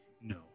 No